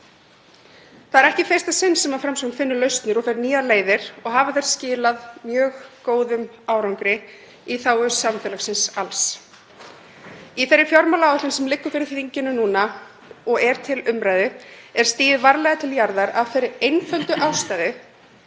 Það er ekki í fyrsta sinn sem Framsókn finnur lausnir og fer nýjar leiðir og hafa þær skilað mjög góðum árangri í þágu samfélagsins alls. Í þeirri fjármálaáætlun sem liggur fyrir þinginu núna og er til umræðu er stigið varlega til jarðar af þeirri einföldu ástæðu